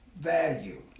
value